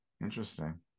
Interesting